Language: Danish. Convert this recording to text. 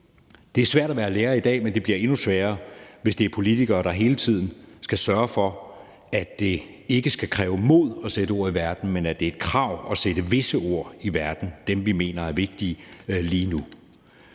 Det er svært at være lærer i dag, men det bliver endnu sværere, hvis der er politikere, der hele tiden skal sørge for, at det ikke skal kræve mod at sætte ord i verden, men at det er et krav at sætte visse ord i verden, altså dem, vi mener er vigtige lige nu.